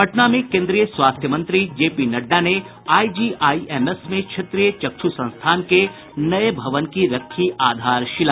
पटना में कोन्द्रीय स्वास्थ्य मंत्री जेपी नड़डा ने आईजीआईएमएस में क्षेत्रीय चक्षु संस्थान के नये भवन की रखी आधारशिला